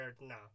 No